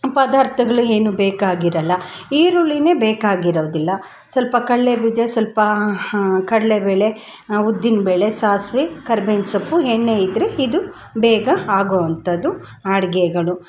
ಪದಾರ್ಥಗಳೇನು ಬೇಕಾಗಿರಲ್ಲ ಈರುಳ್ಳಿನೇ ಬೇಕಾಗಿರೋದಿಲ್ಲ ಸ್ವಲ್ಪ ಕಡ್ಲೆ ಬೀಜ ಸ್ವಲ್ಪ ಕಡಲೆಬೇಳೆ ಉದ್ದಿನಬೇಳೆ ಸಾಸಿವೆ ಕರ್ಬೇವಿನ ಸೊಪ್ಪು ಎಣ್ಣೆ ಇದ್ದರೆ ಇದು ಬೇಗ ಆಗೋವಂಥದ್ದು ಅಡಿಗೆಗಳು